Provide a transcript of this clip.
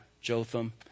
Jotham